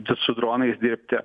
čia su dronais dirbti